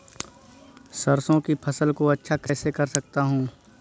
सरसो की फसल को अच्छा कैसे कर सकता हूँ?